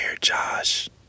Josh